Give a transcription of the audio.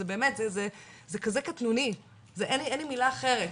זה כזה קטנוני, אין לי מילה אחרת.